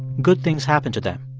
good things happen to them,